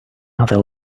other